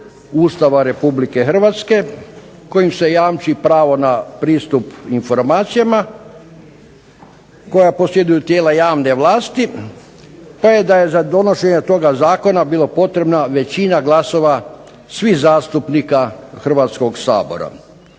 Ustava Republike Hrvatske, kojim se jamči pravo na pristup informacijama, koja posjeduju tijela javne vlasti, pa je da je za donošenje toga zakona bila potrebna većina glasova svih zastupnika Hrvatskog sabora.